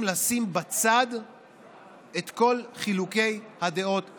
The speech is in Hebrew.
לשים בצד את כל חילוקי הדעות האישיים.